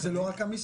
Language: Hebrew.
זה לא רק המשרד,